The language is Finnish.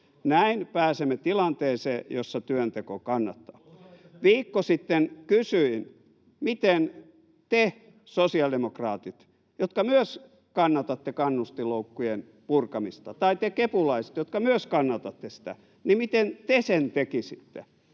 Näin pääsemme tilanteeseen, jossa työnteko kannattaa. Viikko sitten kysyin, miten te, sosiaalidemokraatit, jotka myös kannatatte kannustinloukkujen purkamista, tai te, kepulaiset, jotka myös kannatatte sitä, sen tekisitte,